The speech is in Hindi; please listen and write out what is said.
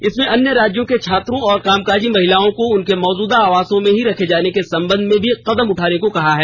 इसमे अन्य राज्यों के छात्रों और कामकाजी महिलाओं को उनके मौजूदा आवासों में ही रखे जाने के संबंध में भी कदम उठाने को कहा गया है